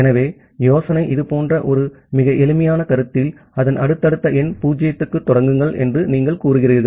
ஆகவே யோசனை இது போன்ற ஒரு மிக எளிமையான கருத்தில் அதன் அடுத்தடுத்த எண் 0 க்குத் தொடங்குங்கள் என்று நீங்கள் கூறுகிறீர்கள்